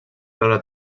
rebre